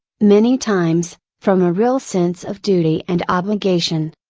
many times, from a real sense of duty and obligation.